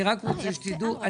אני רק רוצה שתדעו,